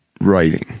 writing